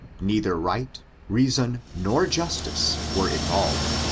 neither right reason, nor justice, were involved.